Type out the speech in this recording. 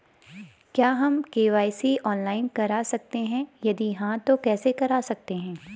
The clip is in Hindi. क्या हम के.वाई.सी ऑनलाइन करा सकते हैं यदि हाँ तो कैसे करा सकते हैं?